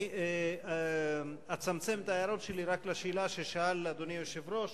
אני אצמצם את ההערות שלי רק לשאלה ששאל אדוני היושב-ראש,